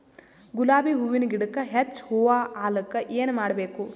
ಗುಲಾಬಿ ಹೂವಿನ ಗಿಡಕ್ಕ ಹೆಚ್ಚ ಹೂವಾ ಆಲಕ ಏನ ಮಾಡಬೇಕು?